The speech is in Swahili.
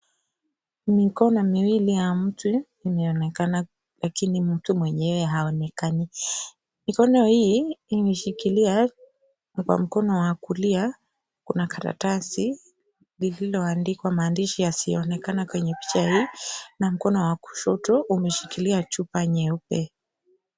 Mikono miwili ya mtu inaonekana lakini mtu mwenyewe haonekani. Mikono hii imeshikilia, kwa mkono wa kulia kuna karatasi lilioandikwa maandishi yasio onekana kwenye picha hii, na mkono wa kushoto umeshikilia chupa nyeupe.